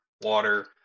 water